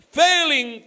failing